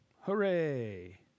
Hooray